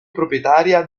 proprietaria